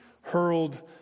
hurled